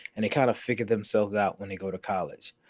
and i kind of figured themselves out when they go to college.